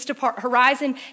Horizon